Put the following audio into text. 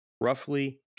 roughly